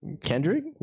Kendrick